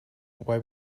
why